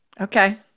Okay